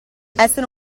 essere